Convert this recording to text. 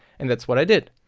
and that's what i did.